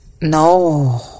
no